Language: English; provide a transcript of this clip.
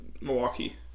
Milwaukee